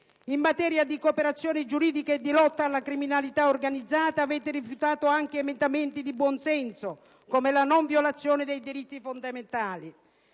In materia di cooperazione giuridica e di lotta alla criminalità organizzata, avete rifiutato anche emendamenti di buon senso, come la non violazione dei diritti fondamentali.